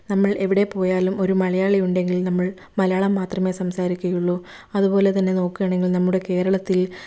നമ്മൾ എവിടെപ്പോയാലും ഒരു മലയാളി ഉണ്ടെങ്കിൽ നമ്മൾ മലയാളം മാത്രമേ സംസാരിക്കുകയുള്ളൂ അതുപോലെ തന്നെ നോക്കുകയാണെങ്കിൽ നമ്മുടെ കേരളത്തിൽ